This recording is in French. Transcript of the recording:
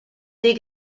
des